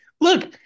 look